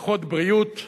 פחות בריאות,